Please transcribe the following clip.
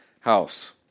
house